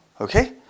Okay